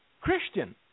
Christian